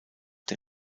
der